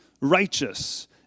righteous